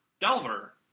Delver